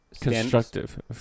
constructive